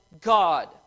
God